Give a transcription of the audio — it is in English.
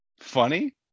funny